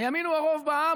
הימין הוא הרוב בעם,